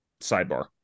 sidebar